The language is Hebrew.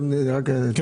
כן.